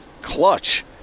Clutch